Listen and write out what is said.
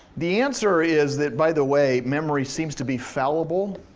the answer is that, by the way, memory seems to be fallible,